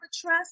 trust